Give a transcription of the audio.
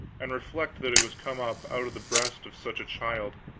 and reflect that it was come up out of the breast of such a child,